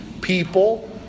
people